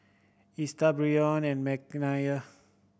Esta Brion and Mckenzie